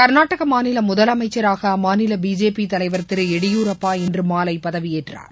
கர்நாடக மாநில முதலமைச்சராக அம்மாநில பிஜேபி தலைவர் திரு எடியூரப்பா இன்று மாலை பதவியேற்றார்